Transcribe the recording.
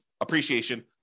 appreciation